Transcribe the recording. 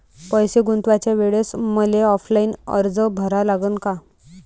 पैसे गुंतवाच्या वेळेसं मले ऑफलाईन अर्ज भरा लागन का?